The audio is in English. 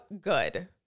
good